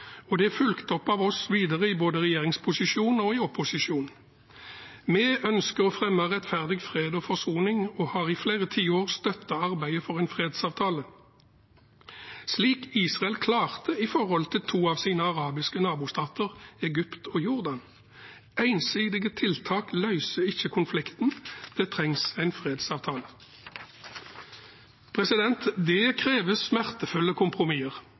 og det er fulgt opp av oss videre både i regjeringsposisjon og i opposisjon. Vi ønsker å fremme rettferdig fred og forsoning, og har i flere tiår støttet arbeidet for en fredsavtale, slik Israel klarte i forhold til to av sine arabiske nabostater, Egypt og Jordan. Ensidige tiltak løser ikke konflikten, det trengs en fredsavtale. Det krever smertefulle kompromisser.